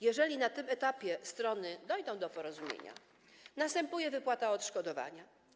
Jeżeli na tym etapie strony dojdą do porozumienia, następuje wypłata odszkodowania.